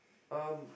um